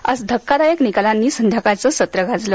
आज धक्कादायक निकालांनी संध्याकाळचं सत्र गाजलं